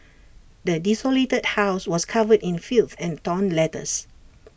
the desolated house was covered in filth and torn letters